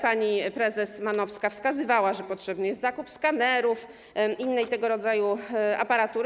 Pani prezes Manowska wskazywała, że potrzebny jest zakup skanerów i innej tego rodzaju aparatury.